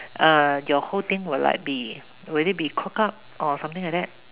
uh your whole thing will like be will it be cock up or something like that